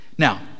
Now